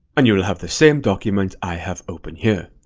and you'll have the same document i have opened here.